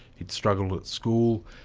he'd struggled at school.